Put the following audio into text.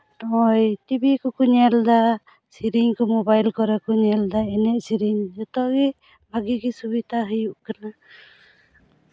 ᱳᱭ ᱴᱤᱵᱷᱤ ᱠᱚᱠᱚ ᱧᱮᱞᱫᱟ ᱥᱮᱨᱮᱧ ᱠᱚ ᱢᱳᱵᱟᱭᱤᱞ ᱠᱚᱨᱮ ᱠᱚ ᱧᱮᱞᱫᱟ ᱮᱱᱮᱡᱼᱥᱮᱨᱮᱧ ᱡᱚᱛᱚᱜᱮ ᱵᱷᱟᱹᱜᱤ ᱜᱮ ᱥᱩᱵᱤᱫᱷᱟ ᱦᱩᱭᱩᱜ ᱠᱟᱱᱟ